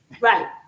Right